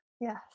Yes